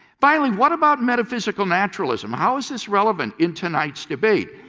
finally, what about metaphysically naturalism? how is this relevant in tonight's debate?